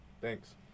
Thanks